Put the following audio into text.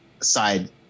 side